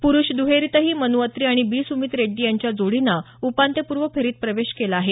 पुरुष दुहेरीतही मन् अत्री आणि बी सुमीत रेड्डी यांच्या जोडीनं उपान्त्यपूर्व फेरीत प्रवेश केला आहे